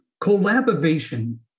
Collaboration